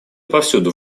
повсюду